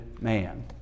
man